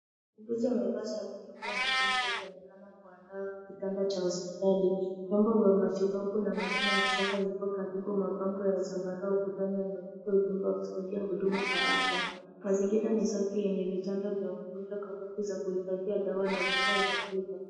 Muuguzi amevaa sare nyeupe na pinki akionekana kuandaa kitanda cha hospitali. Vyombo vya matibabu na mashine za kisasa vipo karibu. Mabango ya zambarau kutani yameleta ujumbe wa kusaidia huduma za afya. Mazingira ni safi yenye vitanda vya wagonjwa, kabati za kuhifadhia dawa na vifaa vingine.